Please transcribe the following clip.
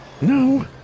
No